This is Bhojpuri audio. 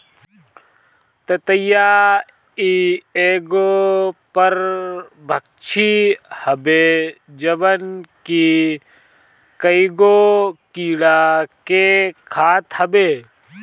ततैया इ एगो परभक्षी हवे जवन की कईगो कीड़ा के खात हवे